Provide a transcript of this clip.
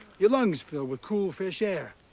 your lung is filled with cool fresh air.